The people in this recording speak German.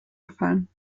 gefallen